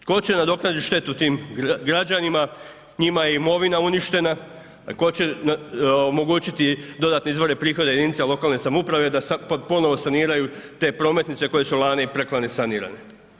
Tko će nadoknaditi štetu tim građanima, njima je i imovina uništena, tko će omogućiti dodatne izvore prihoda jedinica lokalne samouprave da se ponovno saniraju te prometnice koje su lani i preklani sanirane?